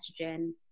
estrogen